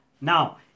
Now